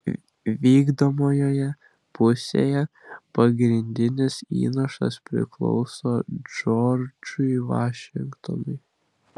vykdomojoje pusėje pagrindinis įnašas priklauso džordžui vašingtonui